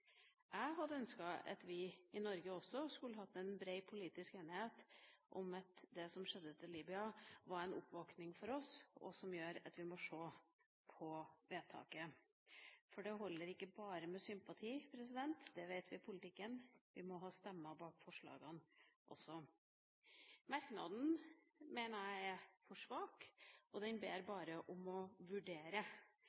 Jeg skulle ønske at vi i Norge også kunne ha en bred politisk enighet om at det som skjedde i Libya, var en oppvåkning for oss, som gjør at vi må se på vedtaket. For det holder ikke bare med sympati – det vet vi i politikken – vi må ha stemmer bak forslagene også. Jeg mener merknaden er for svak. Den ber